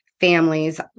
families